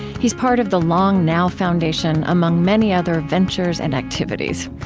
he's part of the long now foundation, among many other ventures and activities.